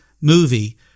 movie